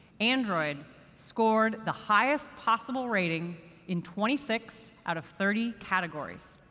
android scored the highest possible rating in twenty six out of thirty categories.